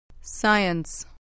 Science